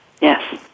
Yes